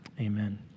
Amen